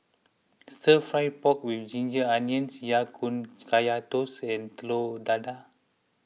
Stir Fried Pork with Ginger Onions Ya Kun Kaya Toast and Telur Dadah